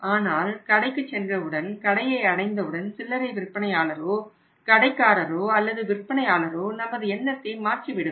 ஆனால் கடைக்கு சென்றவுடன் கடையை அடைந்தவுடன் சில்லறை விற்பனையாளரோ கடைக்காரரோ அல்லது விற்பனையாளரோ நமது எண்ணத்தை மாற்றி விடுவர்